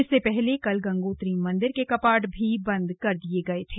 इससे पहले कल गंगोत्री मंदिर के कपाट भी बंद कर दिये गए थे